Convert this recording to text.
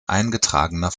eingetragener